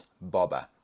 Bobber